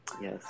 yes